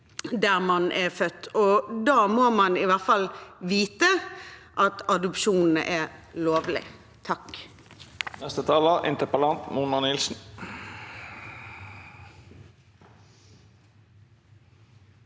der man er født. Da må man i hvert fall vite at adopsjonen er lovlig. Mona